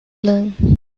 learn